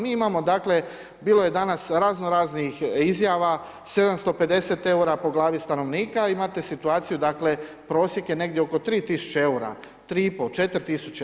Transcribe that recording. Mi imamo dakle, bilo je danas raznoraznih izjava, 750 eura po glavi stanovnika, imate situaciju dakle prosjek je negdje oko 3 tisuće eura, 3,5, 4 tisuće.